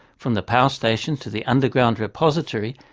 from the power station to the underground repository,